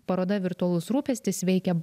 paroda virtualus rūpestis veikia